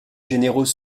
généraux